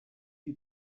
you